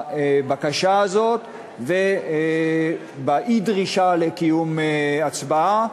בבקשה הזאת ובאי-דרישה לקיום הצבעה.